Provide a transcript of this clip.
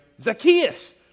Zacchaeus